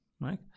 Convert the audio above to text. Right